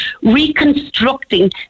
reconstructing